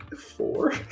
Four